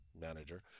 manager